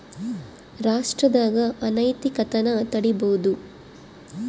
ರಾಷ್ಟ್ರದಾಗ ಅನೈತಿಕತೆನ ತಡೀಬೋದು